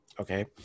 Okay